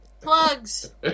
Plugs